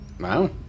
Wow